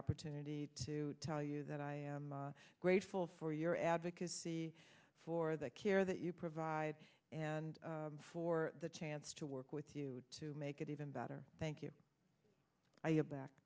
opportunity to tell you that i am grateful for your advocacy for the care that you provide and for the chance to work with you to make it even better thank you i have back